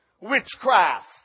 witchcraft